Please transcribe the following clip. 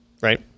right